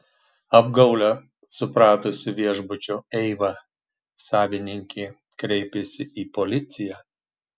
apgaulę supratusi viešbučio eiva savininkė kreipėsi į policiją